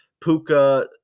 Puka